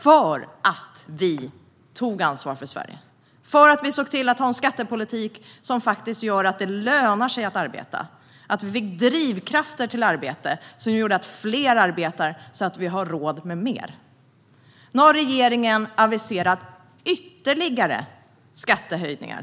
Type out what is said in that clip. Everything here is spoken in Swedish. Detta eftersom vi tog ansvar för Sverige. Vi såg till att ha en skattepolitik som gör att det lönar sig att arbeta. Vi fick drivkrafter till arbete som gör att fler arbetar så att vi har råd med mer. Nu har regeringen aviserat ytterligare skattehöjningar.